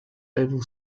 oval